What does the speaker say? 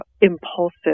impulsive